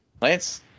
Lance